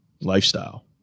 lifestyle